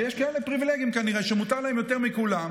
כי יש כאלה פריבילגים כנראה שמותר להם יותר מכולם,